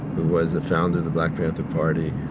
who was the founder of the black panther party,